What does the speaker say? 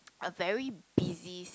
a very busy city